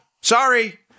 Sorry